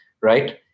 right